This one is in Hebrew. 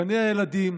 גני הילדים,